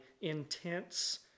intense